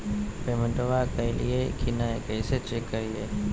पेमेंटबा कलिए की नय, कैसे चेक करिए?